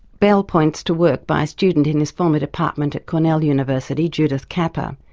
bell points to work by a student in his former department at cornell university, judith capper.